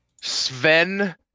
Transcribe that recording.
Sven